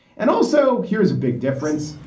and also, here's a big difference.